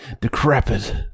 decrepit